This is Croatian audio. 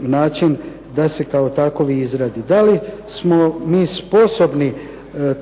način da se kao takovi izradi. Da li smo mi sposobni